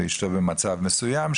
ואשתו במצב מסוים,